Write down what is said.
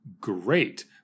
Great